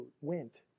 went